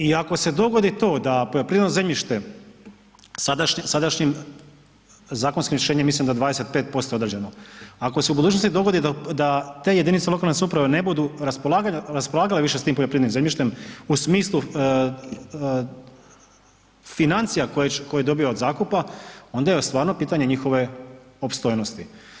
I ako se dogodi to da poljoprivredno zemljište sadašnjim zakonskim rješenjem mislim da 25% određeno, ako se u budućnosti dogodi da te jedinice lokalne samouprave ne budu raspolagale više s tim poljoprivrednim zemljištem u smislu financija koja dobije od zakupa, onda je stvarno pitanje njihove opstojnosti.